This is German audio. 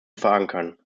verankern